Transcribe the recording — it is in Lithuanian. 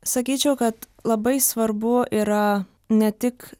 sakyčiau kad labai svarbu yra ne tik